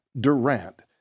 Durant